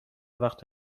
وقت